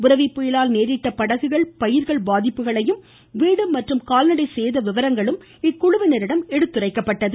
புரெவி புயலால் நேரிட்ட படகுகள் பயிர்கள் பாதிப்புகளும் வீடு மற்றும் கால்நடை சேத விபரங்களும் இக்குழுவினரிடம் எடுத்துரைக்கப்பட்டன